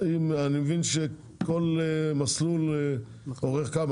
אני מבין שכל מסלול אורך כמה?